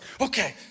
okay